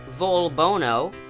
Volbono